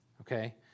okay